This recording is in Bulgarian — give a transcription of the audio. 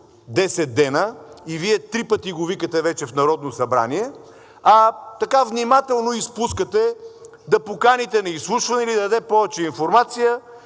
10 дни, и Вие три пъти го викате вече в Народно събрание, а така внимателно изпускате да поканите на изслушване и да даде повече информация